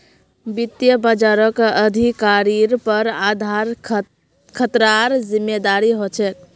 वित्त बाजारक अधिकारिर पर आधार खतरार जिम्मादारी ह छेक